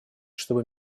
чтобы